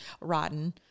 rotten